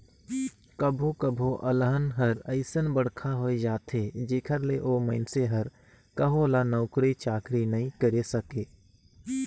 कभो कभो अलहन हर अइसन बड़खा होए जाथे जेखर ले ओ मइनसे हर कहो ल नउकरी चाकरी नइ करे सके